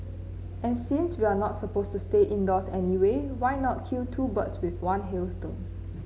and since we're not supposed to stay indoors anyway why not kill two birds with one hailstone